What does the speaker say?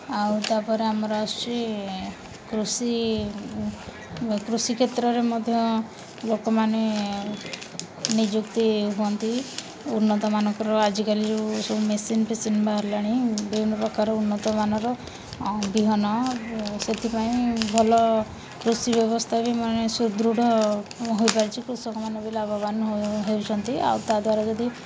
ଆଉ ତା'ପରେ ଆମର ଆସୁଛି କୃଷି କୃଷି କ୍ଷେତ୍ରରେ ମଧ୍ୟ ଲୋକମାନେ ନିଯୁକ୍ତି ହୁଅନ୍ତି ଉନ୍ନତମାନଙ୍କର ଆଜିକାଲି ଯେଉ ସବୁ ମେସିନ୍ ଫେସିନ୍ ବାହାରିଲାଣି ବିଭିନ୍ନପ୍ରକାର ଉନ୍ନତମାନର ବିହନ ସେଥିପାଇଁ ଭଲ କୃଷି ବ୍ୟବସ୍ଥା ବି ମାନେ ସୁଦୃଢ଼ ହୋଇପାରିଛି କୃଷକମାନେ ବି ଲାଭବାନ ହେଉଛନ୍ତି ଆଉ ତା'ଦ୍ଵାରା ଯଦି